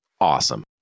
Awesome